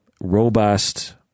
robust